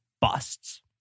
busts